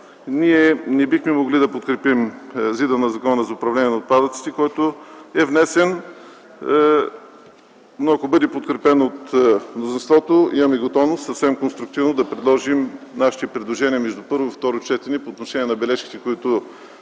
изменение и допълнение на Закона за управление на отпадъците, който е внесен. Ако бъде подкрепен от мнозинството, имаме готовност съвсем конструктивно да направим нашите предложения между първо и второ четене по отношение на бележките и